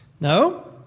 No